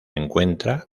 encuentra